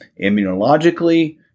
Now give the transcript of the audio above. immunologically